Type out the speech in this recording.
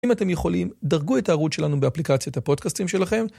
אם אתם יכולים, דרגו את הערוץ שלנו באפליקציית הפודקאסטים שלכם.